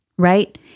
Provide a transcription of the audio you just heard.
Right